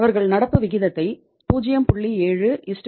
அவர்கள் நடப்பு விகிதத்தை 0